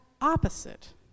opposite